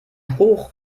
hoch